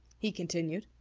he continued.